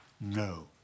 No